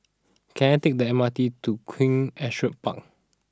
can I take the M R T to Queen Astrid Park